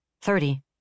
Thirty